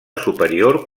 superior